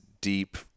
deep